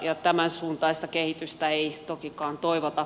tämän suuntaista kehitystä ei tokikaan toivota